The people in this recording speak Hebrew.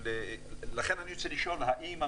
האם,